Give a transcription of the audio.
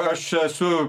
aš esu